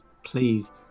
please